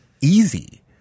easy